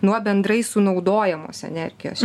nuo bendrai sunaudojamos energijos